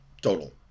total